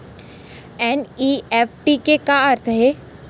NEFT के का अर्थ है?